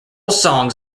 songs